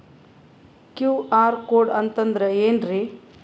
QR code ಅಂತಂದ್ರ ಏನ್ರೀ?